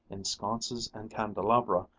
in sconces and candelabra,